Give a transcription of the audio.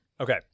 Okay